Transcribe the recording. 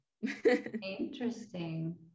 Interesting